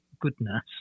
goodness